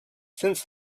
since